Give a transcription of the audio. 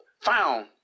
found